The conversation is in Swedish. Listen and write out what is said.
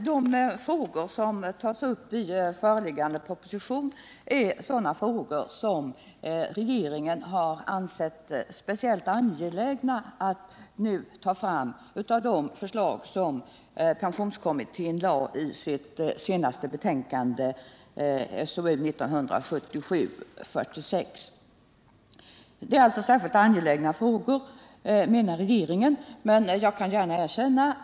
Herr talman! Av de frågor som behandlats av pensionskommittén i betänkandet SOU 1977:46 har i föreliggande proposition behandlats sådana som av regeringen ansetts vara speciellt angelägna.